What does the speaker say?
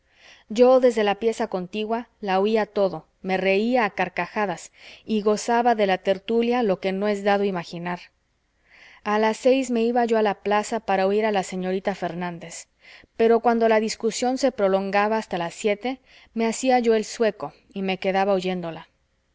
yo desde la pieza contigua lo oía todo me reía a carcajadas y gozaba de la tertulia lo que no es dado imaginar a las seis me iba yo a la plaza para oír a la señorita fernández pero cuando la discusión se prolongaba hasta las siete me hacía yo el sueco y me quedaba oyéndola